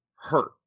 hurt